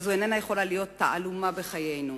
זו לא יכולה להיות תעלומה בחיינו,